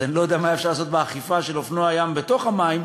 אז אני לא יודע מה אפשר לעשות באכיפה של אופנוע ים בתוך המים,